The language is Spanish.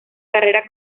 carrera